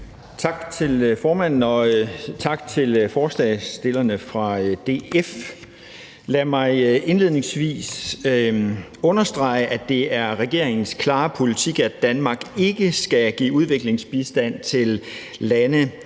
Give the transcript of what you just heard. Tak til formanden, og tak til forslagsstillerne fra DF. Lad mig indledningsvis understrege, at det er regeringens klare politik, at Danmark ikke skal give udviklingsbistand til lande,